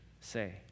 say